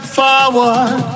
forward